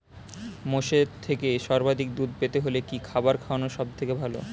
মোষের থেকে সর্বাধিক দুধ পেতে হলে কি খাবার খাওয়ানো সবথেকে ভালো?